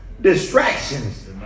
distractions